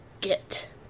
Get